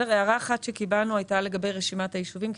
הערה אחת שקיבלנו הייתה לגבי רשימת היישובים,